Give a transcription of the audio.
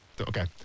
Okay